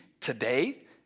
today